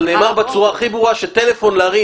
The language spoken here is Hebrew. אבל נאמר בצורה הכי ברורה שטלפון להרים